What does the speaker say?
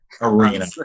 arena